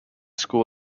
school